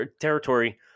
territory